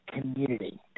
community